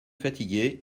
fatigué